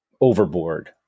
overboard